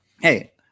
Hey